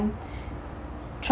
mm